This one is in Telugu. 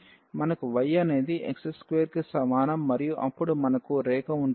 కాబట్టి మనకు y అనేది x2 కి సమానం మరియు అప్పుడు మనకు రేఖ ఉంటుంది